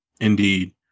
Indeed